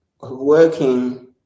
working